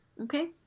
Okay